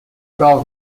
گاو